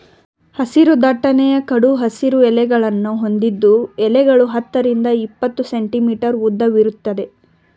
ಹಲಸು ದಟ್ಟನೆಯ ಕಡು ಹಸಿರು ಎಲೆಗಳನ್ನು ಹೊಂದಿದ್ದು ಎಲೆಗಳು ಹತ್ತರಿಂದ ಇಪ್ಪತ್ತು ಸೆಂಟಿಮೀಟರ್ ಉದ್ದವಿರ್ತದೆ